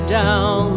down